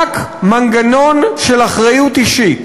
רק מנגנון של אחריות אישית